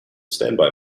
standby